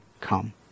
come